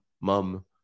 Mom